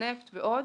נפט ועוד.